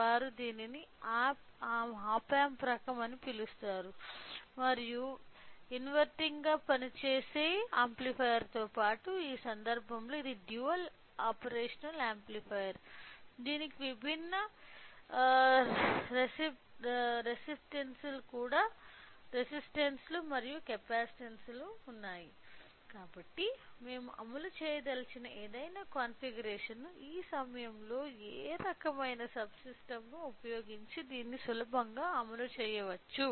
వారు దీనిని op amp రకం అని పిలుస్తారు మరియు ఇన్వెర్టింగ్ గా పనిచేసే యాంప్లిఫైయర్తో పాటు ఈ సందర్భంలో ఇది డ్యూయల్ ఆపరేషనల్ యాంప్లిఫైయర్ దీనికి విభిన్న రెసిస్టన్స్స్ లు మరియు కెపాసిటెన్స్ ఉన్నాయి కాబట్టి మేము అమలు చేయదలిచిన ఏదైనా కాన్ఫిగరేషన్ను ఈ సమయంలో ఏ రకమైన సబ్ సిస్టం ను ఉపయోగించి దీన్ని సులభంగా అమలు చేయవచ్చు